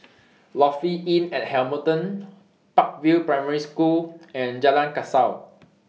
Lofi Inn At Hamilton Park View Primary School and Jalan Kasau